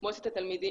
אכיפה,